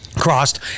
Crossed